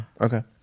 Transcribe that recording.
Okay